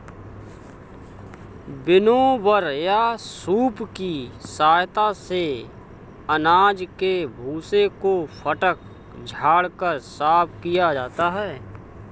winnower या सूप की सहायता से अनाज के भूसे को फटक झाड़ कर साफ किया जाता है